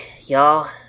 y'all